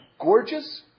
gorgeous